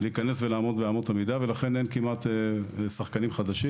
להיכנס לאמות המידה, ולכן כמעט ואין שחקנים חדשים.